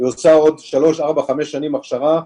היא עושה עוד 3,4,5 שנים הכשרה,